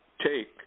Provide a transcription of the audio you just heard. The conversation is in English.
take